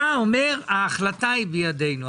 אתה אומר שההחלטה היא בידינו.